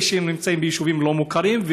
אלה שנמצאים ביישובים לא מוכרים,